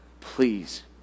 Please